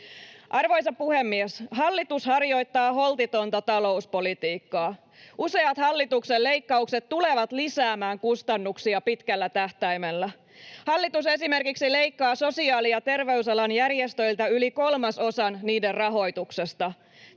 Arvoisa puhemies! Hallitus harjoittaa holtitonta talouspolitiikkaa. Useat hallituksen leikkaukset tulevat lisäämään kustannuksia pitkällä tähtäimellä. Hallitus esimerkiksi leikkaa sosiaali- ja terveysalan järjestöiltä yli kolmasosan niiden rahoituksesta.